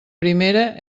primera